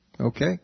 Okay